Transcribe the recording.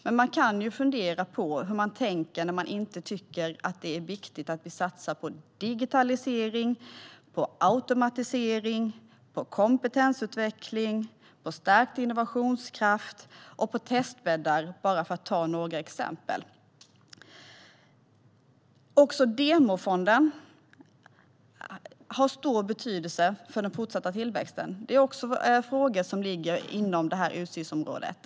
Men man kan ju fundera på hur man tänker om man inte tycker att det är viktigt att satsa på digitalisering, på automatisering, på kompetensutveckling, på stärkt innovationskraft och på testbäddar - bara för att ta några exempel. Också demofonden har stor betydelse för den fortsatta tillväxten. Den ligger också inom det här utgiftsområdet.